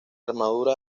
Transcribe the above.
armadura